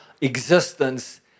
existence